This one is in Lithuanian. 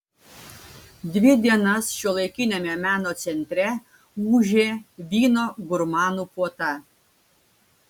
dvi dienas šiuolaikiniame meno centre ūžė vyno gurmanų puota